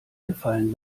gefallen